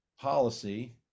policy